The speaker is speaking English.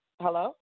Hello